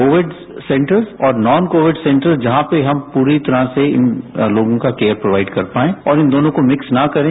Covid centres और non covid centres जहां पर हम पूरी तरह से इन लोगों का कंयर प्रोवाइड कर पाएं और इन दोनों को मिक्स न करें